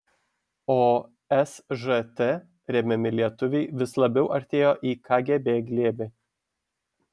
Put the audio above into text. o sžt remiami lietuviai vis labiau artėjo į kgb glėbį